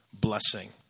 blessing